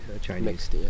Chinese